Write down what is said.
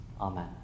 Amen